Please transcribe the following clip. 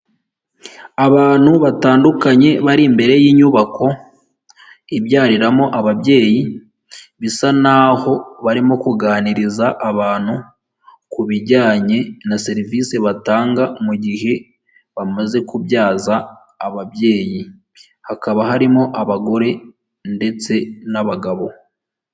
Abantu batandukanye bari imbere y'inyubako ibyariramo ababyeyi bisa naho barimo kuganiriza abantu ku bijyanye na serivisi batanga mu gihe bamaze kubyaza ababyeyi, hakaba harimo abagore ndetse n'abagabo.